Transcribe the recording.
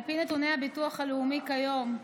על פי נתוני הביטוח הלאומי, כיום,